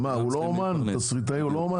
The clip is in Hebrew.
מה, תסריטאי הוא לא אמן?